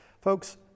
Folks